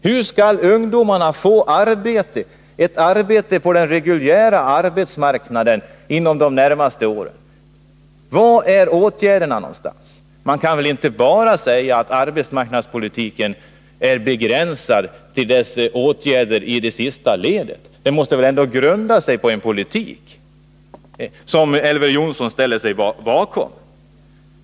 Hur skall ungdomarna få arbete på den reguljära arbetsmarknaden inom de närmaste åren? Var är åtgärderna? Man kan väl inte bara säga att arbetsmarknadspolitiken är begränsad till sina egna åtgärder i det sista ledet. Den måste ändå grunda sig på en politik som Elver Jonsson ställer sig bakom.